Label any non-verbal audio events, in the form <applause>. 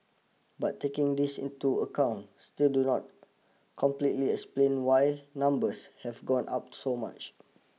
but taking this into account still do not <noise> completely explain why numbers have gone up so much